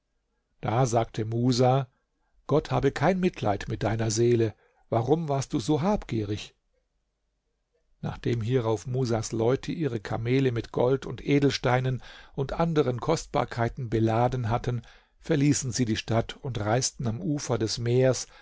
da sagte musa gott habe kein mitleid mit deiner seele warum warst du so habgierig nachdem hierauf musas leute ihre kamele mit gold und edelsteinen und anderen kostbarkeiten beladen hatten verließen sie die stadt und reisten am ufer des meers